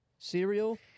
Cereal